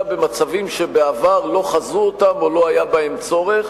במצבים שבעבר לא חזו אותם או לא היה בהם צורך.